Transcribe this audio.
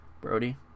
Brody